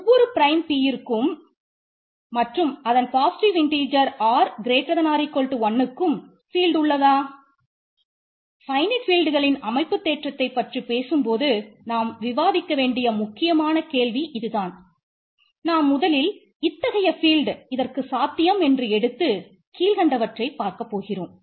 ஒவ்வொரு prime p மற்றும் அனைத்து பாசிட்டிவ் இன்டிஜர் இதற்கு சாத்தியம் என்ற எடுத்து கீழ்கண்டவற்றை பார்க்கப்போகிறோம்